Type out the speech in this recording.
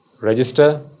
register